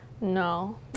No